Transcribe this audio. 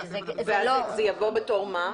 ואז זה יבוא בתור מה?